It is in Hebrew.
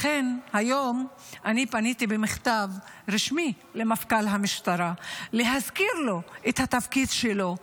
לכן היום אני פניתי במכתב רשמי למפכ"ל המשטרה להזכיר לו את התפקיד שלו.